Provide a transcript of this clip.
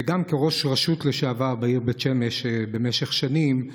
וגם כראש רשות לשעבר בעיר בית שמש במשך שנים,